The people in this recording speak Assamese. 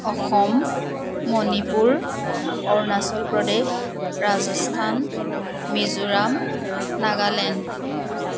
অসম মণিপুৰ অৰুণাচল প্ৰদেশ ৰাজস্থান মিজোৰাম নাগালেণ্ড